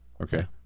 okay